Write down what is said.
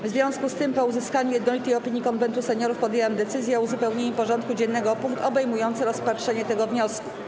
W związku z tym, po uzyskaniu jednolitej opinii Konwentu Seniorów, podjęłam decyzję o uzupełnieniu porządku dziennego o punkt obejmujący rozpatrzenie tego wniosku.